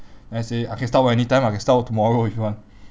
then I say I can start work anytime I can start work tomorrow if you want